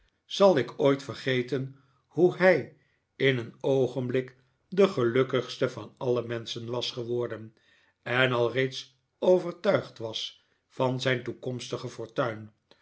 zal ik ooit vergeten hoe hij in een oogenblik de gelukkigste van alle menschen was geworden en alreeds overtuigd was van zijn toekomstige fortuin